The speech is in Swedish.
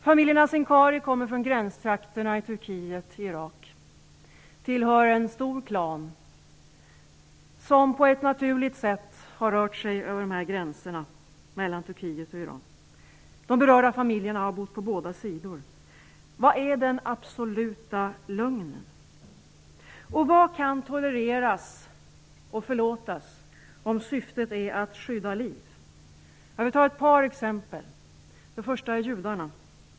Familjerna Sincari kommer från gränstrakterna mellan Turkiet och Irak och tillhör en stor klan som på ett naturligt sätt har rört sig över dessa gränser mellan Turkiet och Irak. De berörda familjerna har bott på båda sidor. Vad är den absoluta lögnen? Vad kan tolereras och förlåtas om syftet är att skydda liv? Jag vill ta ett par exempel. Det första är judarna.